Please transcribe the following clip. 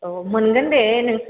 औ मोनगोन दे नोंसोरो